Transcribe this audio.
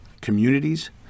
communities